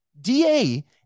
DA